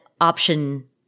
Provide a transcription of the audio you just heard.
option